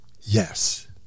yes